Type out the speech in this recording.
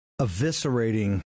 eviscerating